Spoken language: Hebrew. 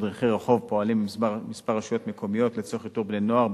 מדריכי רחוב פועלים בכמה רשויות מקומיות לאיתור בני נוער,